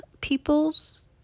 people's